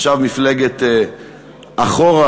עכשיו מפלגת אחורה,